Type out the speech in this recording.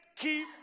Keep